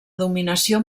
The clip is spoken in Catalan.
dominació